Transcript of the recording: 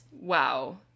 Wow